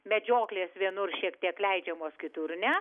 medžioklės vienur šiek tiek leidžiamos kitur ne